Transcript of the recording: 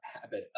habit